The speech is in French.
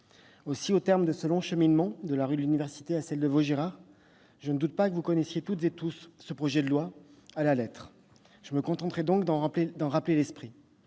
Au terme de ce long cheminement de la rue de l'Université à celle de Vaugirard, je ne doute pas que vous connaissiez toutes et tous ce projet de loi à la lettre. Je me contenterai donc d'en rappeler l'esprit.